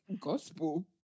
gospel